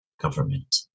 government